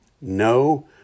No